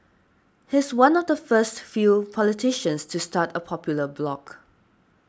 he's one of the first few politicians to start a popular blog